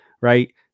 right